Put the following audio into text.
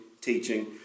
teaching